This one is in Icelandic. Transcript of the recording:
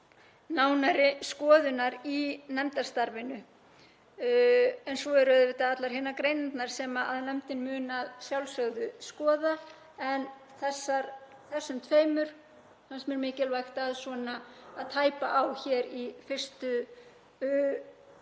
nánari skoðunar í nefndarstarfinu. Svo eru það allar hinar greinarnar sem nefndin mun að sjálfsögðu skoða en þessum tveimur fannst mér mikilvægt að tæpa á hér í 1.